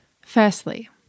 Firstly